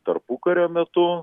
tarpukario metu